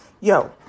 Yo